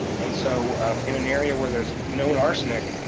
and so in an area where there's known arsenic,